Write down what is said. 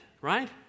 right